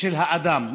של האדם.